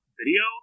video